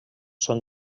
són